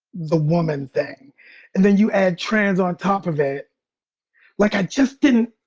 the woman thing and then you add trans on top of it like i just didn't,